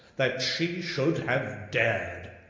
that she should have dared!